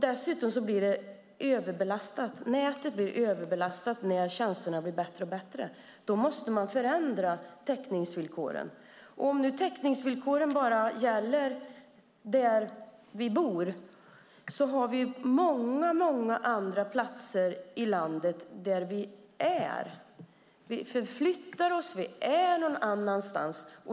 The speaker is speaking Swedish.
Dessutom blir nätet överbelastat när tjänsterna blir bättre och bättre. Då måste man förändra täckningsvillkoren. Om nu täckningsvillkoren bara gäller där vi bor kan jag säga att vi har många andra platser i landet där vi är . Vi förflyttar oss. Vi är någon annanstans.